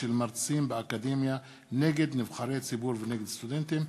של מרצים באקדמיה נגד נבחרי ציבור ונגד סטודנטים,